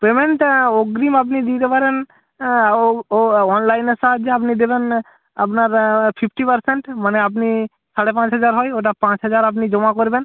payment অগ্রিম আপনি দিতে পারেন ও ও অনলাইনের সাহায্যে আপনি দেবেন আপনার ফিফটি পারসেন্ট মানে আপনি সাড়ে পাঁচ হাজার হয় ওটা পাঁচ হাজার আপনি জমা করবেন